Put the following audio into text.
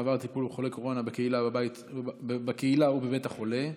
מעבר טיפול בחולי קורונה בקהילה ובבית החולה.